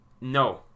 no